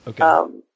Okay